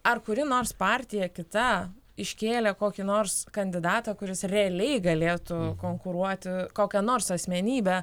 ar kuri nors partija kita iškėlė kokį nors kandidatą kuris realiai galėtų konkuruoti kokią nors asmenybę